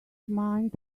mind